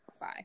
Bye